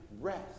rest